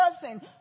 person